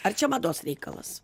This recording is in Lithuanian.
ar čia mados reikalas